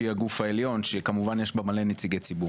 שהיא הגוף העליון ויש בה מלא נציגי ציבור.